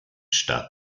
stadt